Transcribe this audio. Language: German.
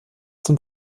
zum